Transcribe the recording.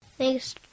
Thanks